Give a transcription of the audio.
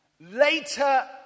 later